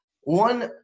One